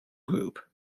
group